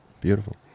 Beautiful